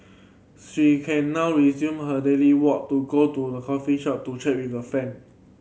she can now resume her daily walk to go to the coffee shop to chat with their friend